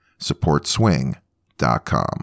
supportswing.com